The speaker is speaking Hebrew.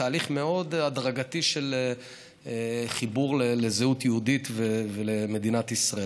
תהליך מאוד הדרגתי של חיבור לזהות יהודית ולמדינת ישראל.